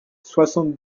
soixante